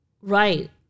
Right